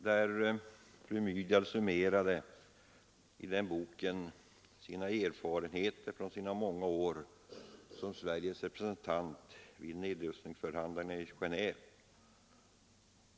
I den boken summerade fru Myrdal sina erfarenheter från sina många år som Sveriges representant vid nedrustningsförhandlingarna i Geneve.